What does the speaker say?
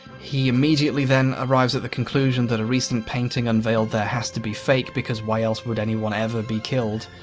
he immediately then arrives at the conclusion that a recent painting unveiled there has to be fake because why else would anyone ever be killed?